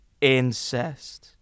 Incest